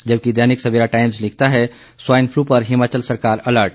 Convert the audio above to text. जबकि दैनिक सवेरा टाइम्स लिखता है स्वाइन फ्लू पर हिमाचल सरकार अलर्ट